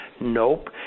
Nope